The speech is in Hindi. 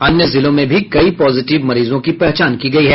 अन्य जिलों में भी कई पॉजिटिव मरीजों की पहचान की गयी है